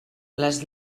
les